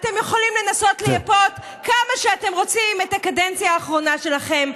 אתם יכולים לנסות לייפות כמה שאתם רוצים את הקדנציה האחרונה שלכם,